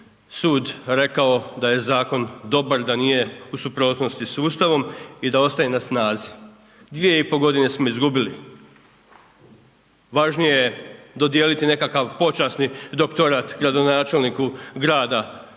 sud rekao da je zakon dobar, da nije u suprotnosti s Ustavom i da ostaje na snazi. Dvije i po godine smo izgubili, važnije je dodijeliti nekakav počasni doktorat gradonačelniku Grada